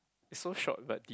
it's so short but deep